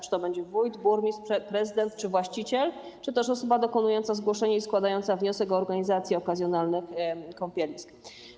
Czy to będzie wójt, burmistrz, prezydent czy właściciel, czy też osoba dokonująca zgłoszenia i składająca wniosek o organizację okazjonalnych kąpielisk?